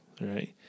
right